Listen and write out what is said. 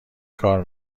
کار